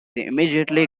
immediately